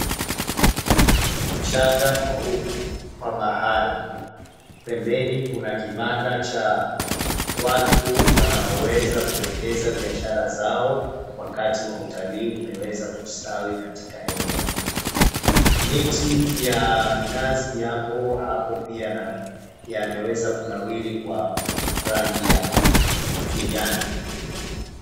Mchanga mweupe wa bahari. Pembeni kuna kibanda cha watu wanaoweza kuwekeza biashara zao wakati wa utalii umeweza kustawi katika eneo hilo. Miti ya minazi yapo hapo pia yameweza kunawiri kwa rangi ya kijani.